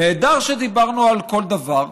נהדר שדיברנו על כל דבר,